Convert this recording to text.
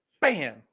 bam